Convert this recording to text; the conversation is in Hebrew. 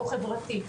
או חברתית,